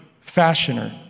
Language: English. fashioner